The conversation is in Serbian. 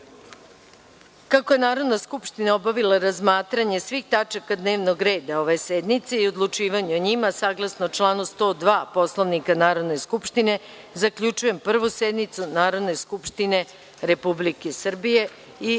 je Narodna skupština obavila razmatranje svih tačaka dnevnog reda ove sednice i odlučivanje o njima, saglasno članu 102. Poslovnika Narodne skupštine, zaključujem Prvu sednicu Narodne skupštine Republike Srbije i